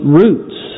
roots